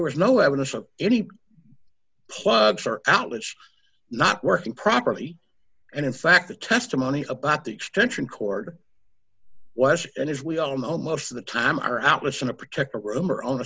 was no evidence of any plugs or outlets not working properly and in fact the testimony about the extension cord and as we all know most of the time our out listen to protect a room or o